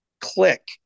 click